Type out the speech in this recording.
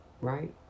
Right